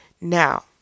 Now